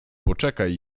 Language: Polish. poczekaj